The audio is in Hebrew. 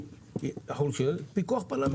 אנחנו רוצים לחזק את הדואר,